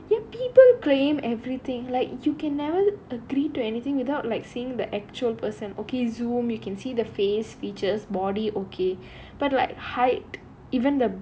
ya people claim everything like you can never agree to anything without like seeing the actual person okay zoom you can see the face features body okay but like height even the